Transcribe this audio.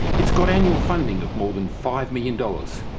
it's got annual funding of more than five million dollars,